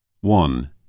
One